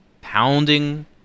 Pounding